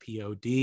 pod